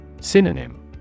Synonym